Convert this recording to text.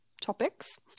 topics